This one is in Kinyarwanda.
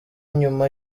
nyuma